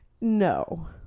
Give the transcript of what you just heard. No